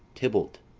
tybalt,